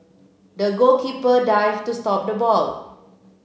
the goalkeeper dive to stop the ball